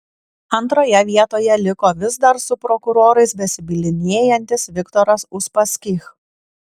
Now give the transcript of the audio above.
antroje vietoje liko vis dar su prokurorais besibylinėjantis viktoras uspaskich